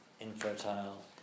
infertile